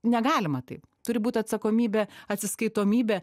negalima taip turi būt atsakomybė atsiskaitomybė